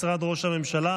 משרד ראש הממשלה,